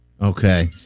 Okay